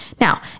Now